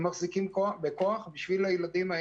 הם מחזיקים בכוח עבור הילדים,